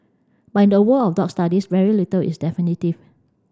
but in the world of dog studies very little is definitive